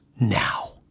now